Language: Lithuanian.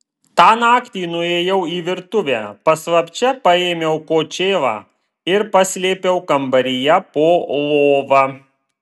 tą naktį nuėjau į virtuvę paslapčia paėmiau kočėlą ir paslėpiau kambaryje po lova